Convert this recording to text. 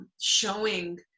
showing